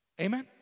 Amen